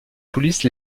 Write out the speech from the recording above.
police